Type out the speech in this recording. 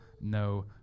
no